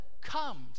comes